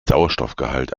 sauerstoffgehalt